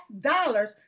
dollars